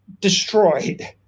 destroyed